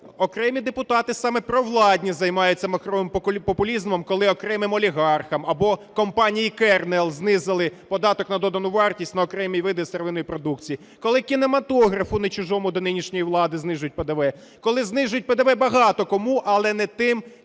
Окремі депутати саме провладні займаються махровим популізмом, коли окремим олігархам або компанії Kernel знизили податок на додану вартість на окремі види сировинної продукції. Коли кінематографу, не чужому до нинішньої влади, знижують ПДВ. Коли знижують ПДВ багато кому, але не тим,